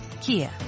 Kia